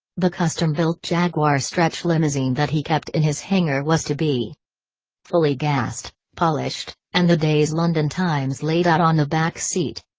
the custom-built jaguar stretch limousine that he kept in his hangar was to be fully gassed, polished, and the day's london times laid out on the back seat.